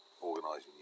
organising